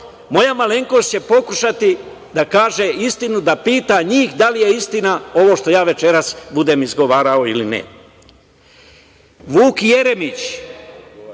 moja malenkost će pokušati da kaže istinu, da pita njih da li je istina ovo što ja večeras budem izgovarao. Vuk Jeremić